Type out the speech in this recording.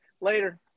Later